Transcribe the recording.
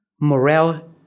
morale